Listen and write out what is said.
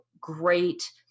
great